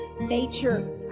nature